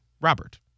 Robert